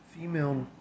Female